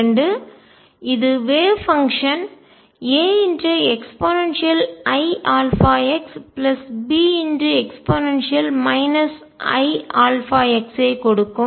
இரண்டு இது wave function அலை செயல்பாடு AeiαxBe iαx ஐக் கொடுக்கும்